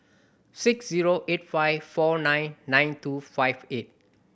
six zero eight five four nine nine two five eight